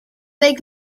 big